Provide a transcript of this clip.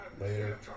Later